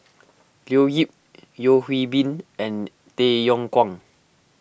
Leo Yip Yeo Hwee Bin and Tay Yong Kwang